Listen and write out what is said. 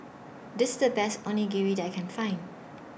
This IS The Best Onigiri that I Can Find